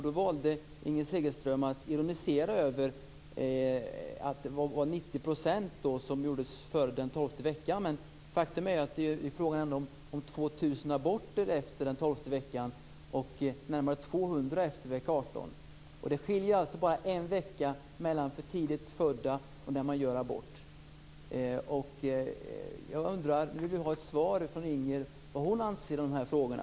Då valde Inger Segelström att ironisera över det och säga att 90 % av aborterna gjordes före den tolfte veckan. Men faktum är att det är fråga om 2 000 aborter efter den tolfte veckan och närmare 200 efter den artonde veckan. Det skiljer alltså en vecka mellan för tidigt födda och när man gör abort. Nu vill jag ha ett svar från Inger Segelström. Vad anser hon i de här frågorna?